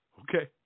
okay